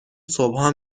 صبحها